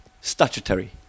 statutory